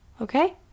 okay